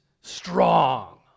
strong